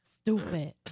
stupid